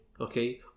okay